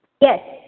Yes